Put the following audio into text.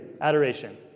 adoration